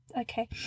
okay